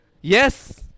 Yes